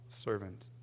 servant